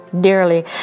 dearly